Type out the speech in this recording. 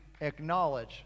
acknowledge